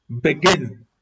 begin